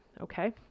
Okay